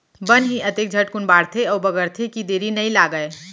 बन ही अतके झटकुन बाढ़थे अउ बगरथे कि देरी नइ लागय